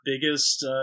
biggest